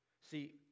see